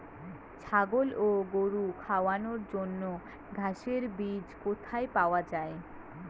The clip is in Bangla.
ছাগল ও গরু খাওয়ানোর জন্য ঘাসের বীজ কোথায় পাওয়া যায়?